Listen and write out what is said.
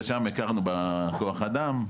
ושם הכרנו בכוח אדם,